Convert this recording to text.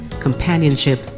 companionship